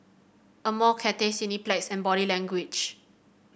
Amore Cathay Cineplex and Body Language